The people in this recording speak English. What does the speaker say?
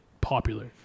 popular